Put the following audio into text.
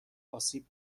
آسیب